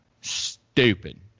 Stupid